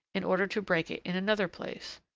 in order to break it in another place.